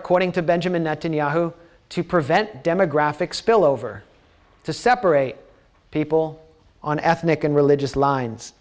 according to benjamin netanyahu to prevent demographic spillover to separate people on ethnic and religious lines